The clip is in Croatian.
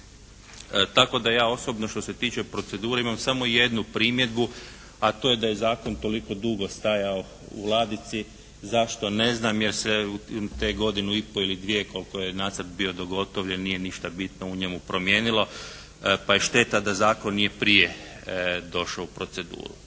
Tako da ja osobno što se tiče procedure imam samo jednu primjedbu, a to je da je zakon toliko dugo stajao u ladici. Zašto? Ne znam, jer se u tih godinu i pol ili dvije koliko je nacrt bio dogotovljen nije ništa bitno u njemu promijenilo pa je šteta da zakon nije prije došao u proceduru.